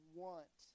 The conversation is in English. want